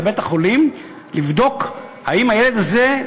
לבית-החולים לבדוק האם הילד הזה,